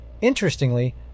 Interestingly